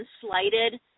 slighted